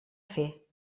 fer